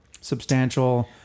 substantial